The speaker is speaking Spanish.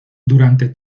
durante